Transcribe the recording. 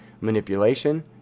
manipulation